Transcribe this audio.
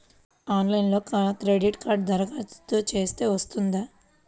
ఆన్లైన్లో క్రెడిట్ కార్డ్కి దరఖాస్తు చేస్తే వస్తుందా?